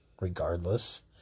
regardless